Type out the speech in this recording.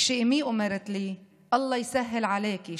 כשאימי אומרת לי: אללה יסאהל עליכי,